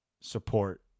support